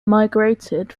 migrated